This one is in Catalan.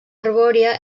arbòria